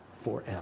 forever